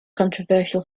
controversial